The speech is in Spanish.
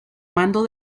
mando